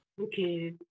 Okay